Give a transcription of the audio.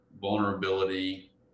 vulnerability